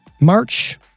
March